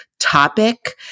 topic